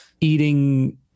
eating